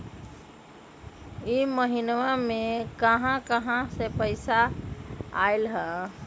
इह महिनमा मे कहा कहा से पैसा आईल ह?